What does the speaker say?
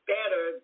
Better